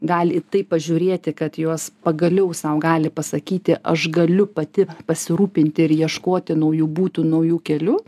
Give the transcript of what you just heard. gali į tai pažiūrėti kad jos pagaliau sau gali pasakyti aš galiu pati pasirūpinti ir ieškoti naujų būdų naujų kelių